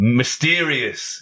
mysterious